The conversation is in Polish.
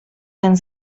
ten